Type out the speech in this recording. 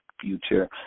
future